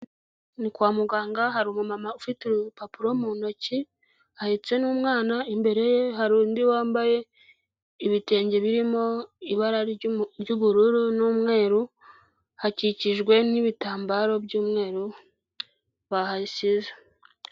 Ni kwa muganga, hari umumama ufite urupapuro mu ntoki, ahetse n'umwana, imbere ye hari undi wambaye ibitenge birimo ibara ry'ubururu n'umweru, hakikijwe n'ibitambaro by'umweru bahashyize.